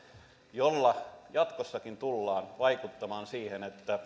jolla jatkossakin tullaan vaikuttamaan siihen että